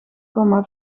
komma